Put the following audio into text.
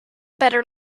better